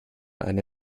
eine